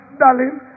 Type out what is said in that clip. darling